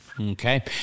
Okay